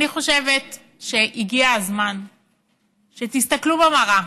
אני חושבת שהגיע הזמן שתסתכלו במראה.